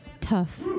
tough